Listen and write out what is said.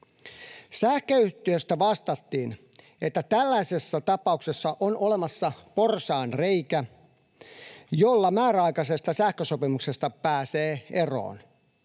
Sähköyhtiöstä vastattiin, että tällaisessa tapauksessa on olemassa porsaanreikä, jolla määräaikaisesta sähkösopimuksesta pääsee eroon.